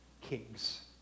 kings